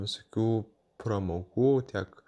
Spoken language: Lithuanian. visokių pramogų tiek